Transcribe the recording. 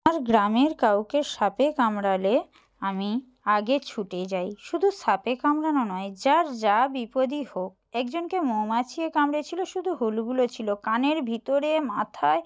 আমার গ্রামের কাউকে সাপে কামড়ালে আমি আগে ছুটে যাই শুধু সাপে কামড়ানো নয় যার যা বিপদই হোক একজনকে মৌমাছিতে কামড়ে ছিলো শুধু হুলগুলো ছিলো কানের ভিতরে মাথায়